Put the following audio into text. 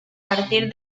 partir